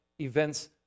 events